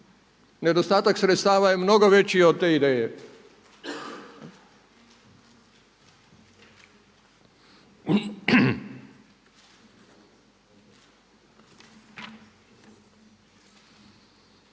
nedostatak sredstava je mnogo veći od te ideje.